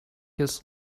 his